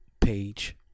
page